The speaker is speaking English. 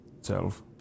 self